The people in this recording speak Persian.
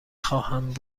خواهند